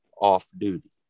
off-duty